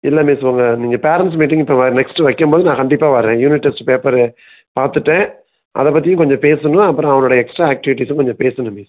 இல்லை மிஸ் உங்கள் நீங்கள் பேரண்ட்ஸ் மீட்டிங் இப்போ நெக்ஸ்ட்டு வைக்கும் போது நான் கண்டிப்பாக வர்றேன் யூனிட் டெஸ்ட்டு பேப்பரு பார்த்துட்டேன் அதை பற்றியும் கொஞ்சம் பேசணும் அப்புறம் அவனுடைய எக்ஸ்ட்ரா ஆக்டிவிட்டிஸும் கொஞ்சம் பேசணும் மிஸ்